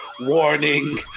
warning